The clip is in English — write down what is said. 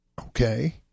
okay